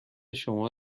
شما